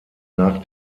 nach